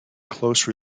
close